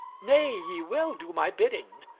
nay, ye will do my bidding.